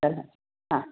चल हां